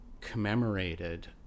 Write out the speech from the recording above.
commemorated